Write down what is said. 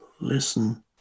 listen